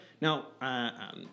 Now